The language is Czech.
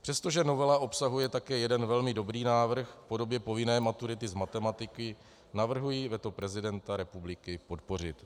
Přestože novela obsahuje také jeden velmi dobrý návrh v podobě povinné maturity z matematiky, navrhuji veto prezidenta republiky podpořit.